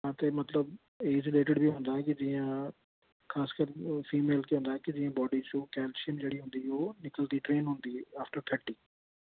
हां ते मतलब एज रिलेटिड बी होंदा कि जियां खासकर ओह् फीमेल च केह् होंदा कि जियां बॉडी च कैल्शियम जेह्ड़ी ओह् होंदी जेह्ड़ी ओह् निकलदी ड्रेन होंदी आफ्टर थ्रटी